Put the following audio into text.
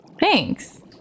thanks